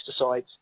pesticides